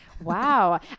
Wow